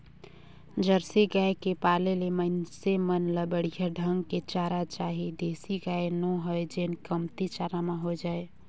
Jersey गाय के पाले ले मइनसे मन ल बड़िहा ढंग के चारा चाही देसी गाय नो हय जेन कमती चारा म हो जाय